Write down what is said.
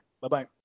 Bye-bye